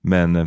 Men